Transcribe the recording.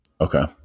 Okay